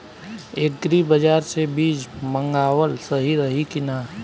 Agri बाज़ार से बीज मंगावल सही रही की ना?